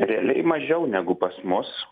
realiai mažiau negu pas mus